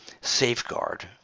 safeguard